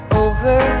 over